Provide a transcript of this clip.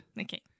Okay